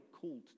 called